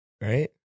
right